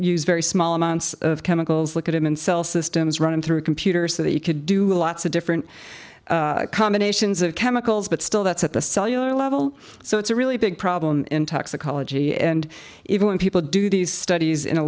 use very small amounts of chemicals look at him and sell systems running through computers that he could do lots of different combinations of chemicals but still that's at the cellular level so it's a really big problem in toxicology and even when people do these studies in a